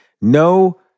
No